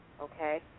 Okay